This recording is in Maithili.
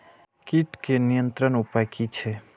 कीटके नियंत्रण उपाय कि छै?